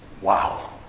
Wow